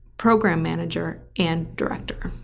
program manager and director.